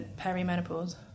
perimenopause